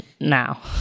now